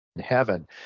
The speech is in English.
Heaven